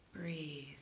breathe